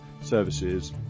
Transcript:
services